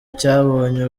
cyabonye